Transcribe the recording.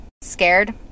Scared